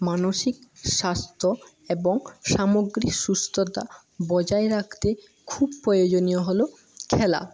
মানসিক স্বাস্থ্য এবং সামগ্রিক সুস্থতা বজায় রাখতে খুব প্রয়োজনীয় হলো খেলা